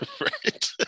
Right